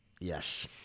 Yes